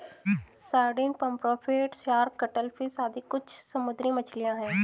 sardine, pomfret, shark, cuttlefish आदि कुछ समुद्री मछलियाँ हैं